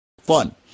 Fun